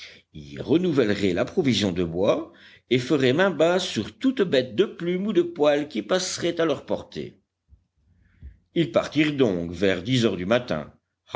renouvelleraient la provision de bois et feraient main basse sur toute bête de plume ou de poil qui passerait à leur portée ils partirent donc vers dix heures du matin